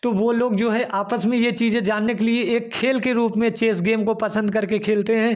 तो वह लोग जो है आपस में यह चीज़ें जानने के लिए एक खेल के रूप में चेस गेम को पसंद करके खेलते हैं